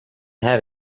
have